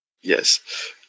Yes